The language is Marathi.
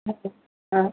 ओके हा